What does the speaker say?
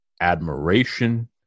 admiration